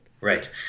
Right